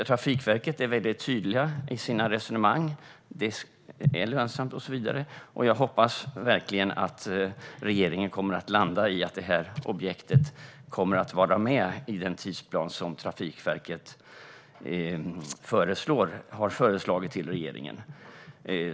Trafikverket är tydligt i sitt resonemang. Arbetet ska vara lönsamt. Jag hoppas verkligen att regeringen kommer att landa i att objektet kommer att vara med i den tidsplan som Trafikverket har föreslagit för regeringen.